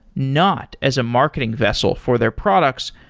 not as a marketing vessel for their products,